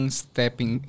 stepping